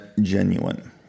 genuine